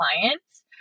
clients